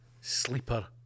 sleeper